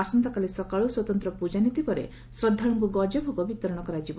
ଆସନ୍ତାକାଲି ସକାଳୁ ସ୍ୱତନ୍ତ ପୂକାନୀତି ପରେ ଶ୍ରଦ୍ଧାଳୁଙ୍କୁ ଗଜଭୋଗ ବିତରଣ କରାଯିବ